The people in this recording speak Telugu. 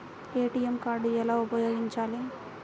ఏ.టీ.ఎం కార్డు ఎలా ఉపయోగించాలి?